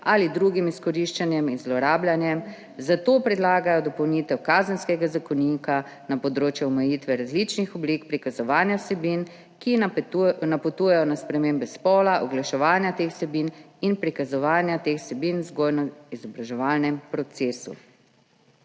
ali drugim izkoriščanjem in zlorabljanjem, zato predlagajo dopolnitev Kazenskega zakonika na področju omejitve različnih oblik prikazovanja vsebin, ki napotujejo na spremembe spola, oglaševanja teh vsebin in prikazovanja teh vsebin v vzgojno-izobraževalnem procesu.